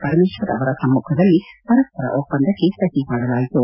ಪರಮೇಶ್ವರ್ ಅವರ ಸಮ್ಮಖದಲ್ಲಿ ಪರಸ್ಪರ ಒಪ್ಪಂದಕ್ಕೆ ಸಹಿ ಮಾಡಲಾಯಿತು